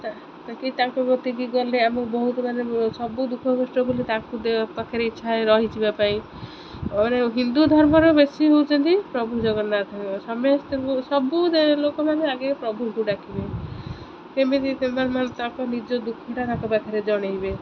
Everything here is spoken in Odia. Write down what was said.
ତାକି ତାଙ୍କ ପ୍ରତି ବି ଗଲେ ଆମକୁ ବହୁତ ମାନେ ସବୁ ଦୁଃଖ କଷ୍ଟ ବୋଲି ତାଙ୍କୁ ପାଖରେ ଇଚ୍ଛା ରହିଯିବା ପାଇଁ ମାନେ ହିନ୍ଦୁ ଧର୍ମର ବେଶୀ ହେଉଛନ୍ତି ପ୍ରଭୁ ଜଗନ୍ନାଥ ସମୟ ସବୁ ଲୋକମାନେ ଆଗେ ପ୍ରଭୁକୁ ଡାକିବେ କେମିତି ତାଙ୍କ ନିଜ ଦୁଃଖଟା ତାଙ୍କ ପାଖରେ ଜଣାଇବେ